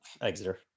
Exeter